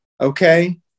Okay